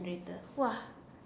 generator !wah!